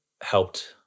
helped